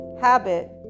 habit